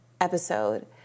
episode